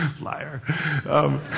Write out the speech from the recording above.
Liar